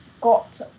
got